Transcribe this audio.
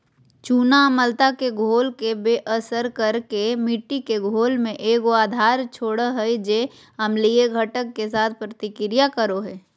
चूना अम्लता के घोल के बेअसर कर के मिट्टी के घोल में एगो आधार छोड़ हइ जे अम्लीय घटक, के साथ प्रतिक्रिया करो हइ